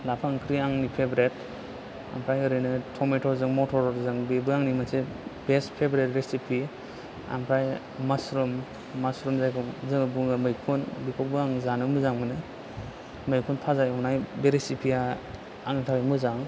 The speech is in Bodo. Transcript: लाफा ओंख्रिया आंनि फेभरेट ओमफ्राय ओरैनो थमेट'जों मथरजों बेबो आंनि मोनसे बेस्थ फेभरेट रिसिफि ओमफ्राय मुस्रुम मुस्रुम जायखौ जोङो बुङो मैखुन बेखौबो आङो जानो मोजां मोनो मैखुन फाजा एवनाय बे रिसिफिया आंनि थाखाय मोजां